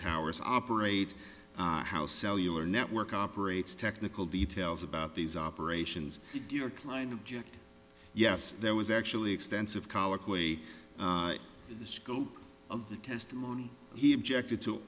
towers operate how cellular network operates technical details about these operations did your client object yes there was actually extensive colloquy the scope of the testimony he objected to